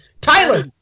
Tyler